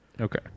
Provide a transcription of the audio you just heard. Okay